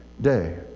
day